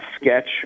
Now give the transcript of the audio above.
sketch